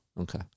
Okay